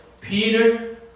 Peter